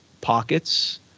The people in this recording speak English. pockets